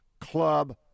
club